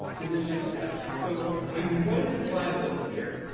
and then next steps. so what is a liability here?